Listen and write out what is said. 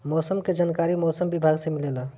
मौसम के जानकारी मौसम विभाग से मिलेला?